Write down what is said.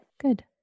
Good